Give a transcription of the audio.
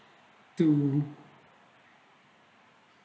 to